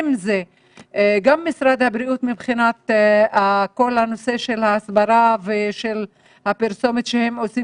אם זה משרד הבריאות מבחינת נושא ההסברה והפרסומות שהם עושים